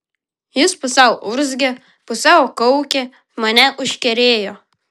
jis pusiau urzgė pusiau kaukė mane užkerėjo